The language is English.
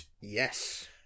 Yes